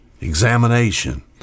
examination